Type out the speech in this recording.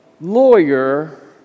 lawyer